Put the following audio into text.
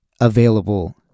available